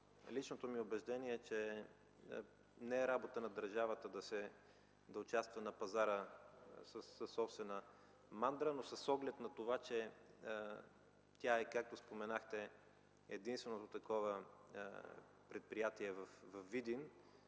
Личното ми убеждение е, че не е работа на държавата да участва на пазара със собствена мандра, но с оглед на това, че тя е, както споменахте, единственото такова предприятие във Видин,